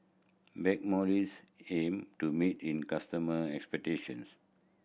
Blackmores aim to meet in customer expectations